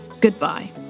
goodbye